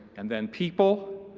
and then people,